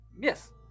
Yes